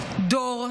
דור,